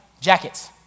jackets